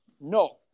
no